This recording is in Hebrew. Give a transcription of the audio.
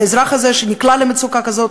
האזרח הזה שנקלע למצוקה כזאת,